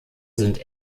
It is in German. sind